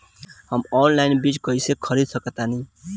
हम ऑनलाइन बीज कईसे खरीद सकतानी?